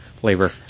flavor